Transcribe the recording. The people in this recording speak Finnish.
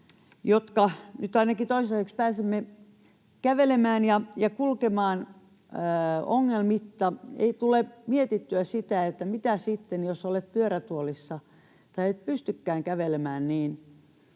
jotka nyt ainakin toistaiseksi pääsemme kävelemään ja kulkemaan ongelmitta, ei tule mietittyä sitä, että mitä sitten, jos olet pyörätuolissa tai et pystykään kävelemään.